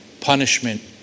Punishment